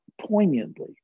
poignantly